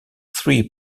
three